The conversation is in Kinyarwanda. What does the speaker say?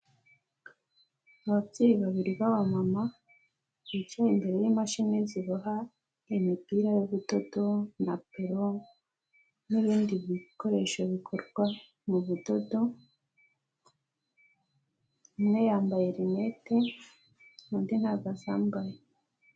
Ababyeyi babiri b'amama bicaye imbere y'imashini ziboha imipira y'ubudodo, napelo n'ibindi bikoresho bikorwa mu budodo umwe yambaye rinete, undi ntabwo azambaye.